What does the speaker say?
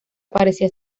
parecía